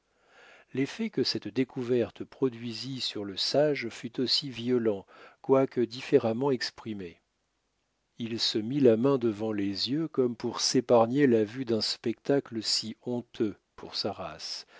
l'effet que cette découverte produisit sur le sage fut aussi violent quoique différemment exprimé il se mit la main devant les yeux comme pour s'épargner la vue d'un spectacle si honteux pour sa race